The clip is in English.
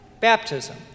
Baptism